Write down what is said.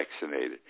vaccinated